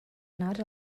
not